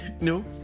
no